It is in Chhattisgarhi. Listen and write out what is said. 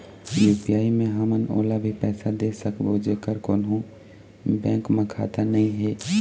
यू.पी.आई मे हमन ओला भी पैसा दे सकबो जेकर कोन्हो बैंक म खाता नई हे?